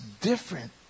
different